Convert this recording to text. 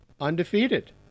undefeated